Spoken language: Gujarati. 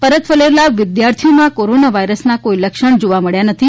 પરત ફરેલા વિદ્યાર્થીઓમાં કોરોના વાયરસના કોઇ લક્ષણ જોવા મળ્યા નથી